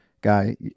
guy